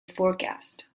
forecast